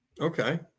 Okay